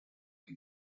can